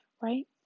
right